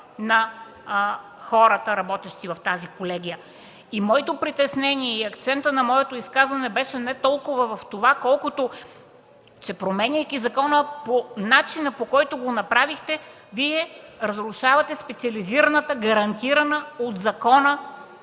на хората, работещи в колегията. Моето притеснение е акцентът на изказването ми беше не толкова в това, колкото че променяйки закона по начина, по който го направихте, разрушавате специализираната, гарантирана от закона